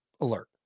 alert